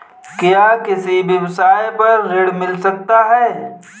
क्या किसी व्यवसाय पर ऋण मिल सकता है?